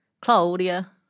Claudia